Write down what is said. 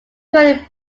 current